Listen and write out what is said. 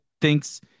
thinks